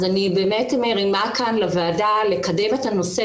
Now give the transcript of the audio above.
אני באמת מרימה כאן לוועדה לקדם את הנושא.